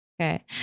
okay